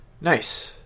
Nice